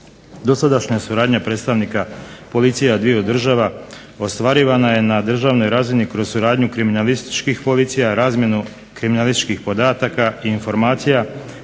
Dosadašnja suradnja predstavnika policija dviju država ostvarivana je na državnoj razini kroz suradnju kriminalističkih policija, razmjenu kriminalističkih podataka i informacija,